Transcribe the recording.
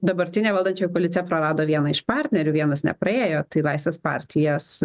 dabartinė valdančioji koalicija prarado vieną iš partnerių vienas nepraėjo tai laisvės partijos